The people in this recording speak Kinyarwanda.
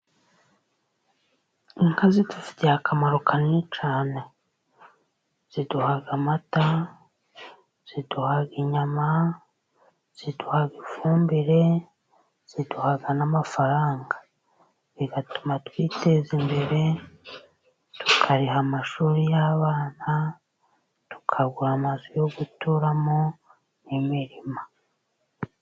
Inka zidufitiye akamaro kanini cyane, ziduha amata, ziduha inyama, ziduha ifumbire, ziduha n'amafaranga. Bigatuma twiteza imbere, tukariha amashuri y'abana tukagura amazu yo guturamo n'imirima.